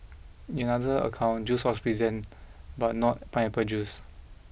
in other account juice was present but not pineapple juice